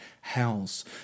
house